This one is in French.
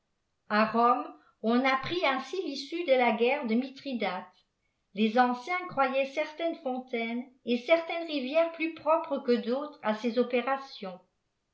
a rome on ppritainsi vissée de lârerce de mithridate les anciens croyaient eertaînes fontaines et certaines rivières plus propres que d'autres âœs opérations